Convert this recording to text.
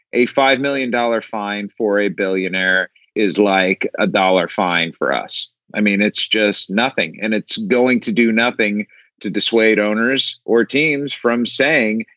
a five million dollars dollar fine for a billionaire is like a dollar fine for us i mean, it's just nothing. and it's going to do nothing to dissuade owners or teams from saying,